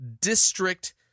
district